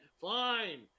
fine